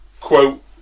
quote